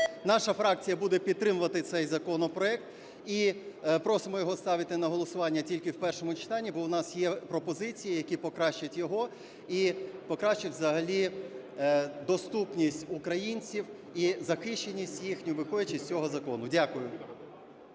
Наша фракція буде підтримувати цей законопроект. І просимо його ставити на голосування тільки в першому читанні. Бо у нас є пропозиції, які покращать його і покращать взагалі доступність українців, і захищеність їхню, виходячи з цього закону. Дякую.